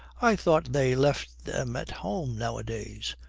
i thought they left them at home nowadays,